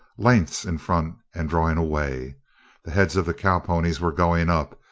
lengths in front and drawing away the heads of the cowponies were going up,